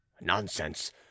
Nonsense